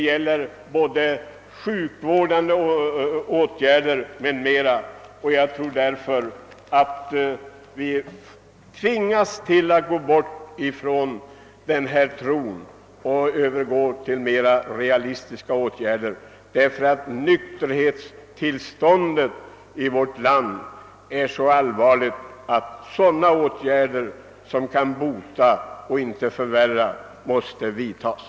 Vi måste överge tron på spritskattens konsum tionsdämpande effekt och övergå till att vidta mer realistiska åtgärder. Nykterhetstillståndet i vårt land är så allvarligt att sådana åtgärder snabbt måste vidtagas.